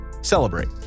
celebrate